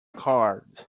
card